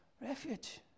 refuge